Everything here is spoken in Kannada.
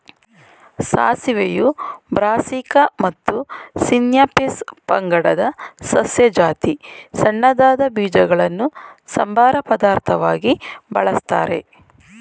ಸಾಸಿವೆಯು ಬ್ರಾಸೀಕಾ ಮತ್ತು ಸಿನ್ಯಾಪಿಸ್ ಪಂಗಡದ ಸಸ್ಯ ಜಾತಿ ಸಣ್ಣದಾದ ಬೀಜಗಳನ್ನು ಸಂಬಾರ ಪದಾರ್ಥವಾಗಿ ಬಳಸ್ತಾರೆ